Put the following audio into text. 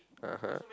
(uh huh)